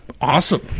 awesome